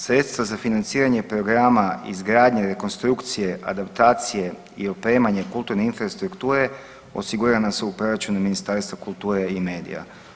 Sredstva za financiranje programa izgradnje, rekonstrukcije, adaptacije i opremanje kulturne infrastrukture osigurana su proračuna Ministarstva kulture i medija.